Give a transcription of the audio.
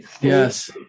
Yes